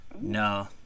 No